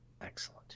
Excellent